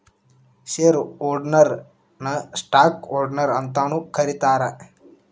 share ಹೋಲ್ಡರ್ನ ನ stock holder ಅಂತಾನೂ ಕರೇತಾರ